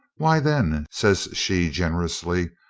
why, then, says she generously,